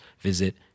visit